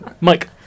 Mike